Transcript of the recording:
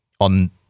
on